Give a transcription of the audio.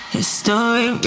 History